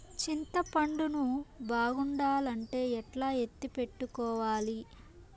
చింతపండు ను బాగుండాలంటే ఎట్లా ఎత్తిపెట్టుకోవాలి?